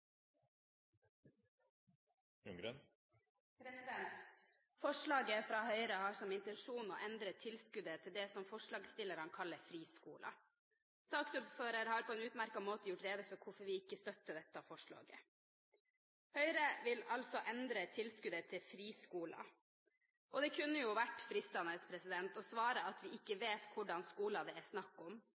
refererte til. Forslaget fra Høyre har som intensjon å endre tilskuddet til det som forslagsstillerne kaller friskoler. Saksordføreren har på en utmerket måte gjort rede for hvorfor vi ikke støtter dette forslaget. Høyre vil altså endre tilskuddet til friskoler, og det kunne jo vært fristende å svare at vi ikke vet hva slags skoler det er snakk om,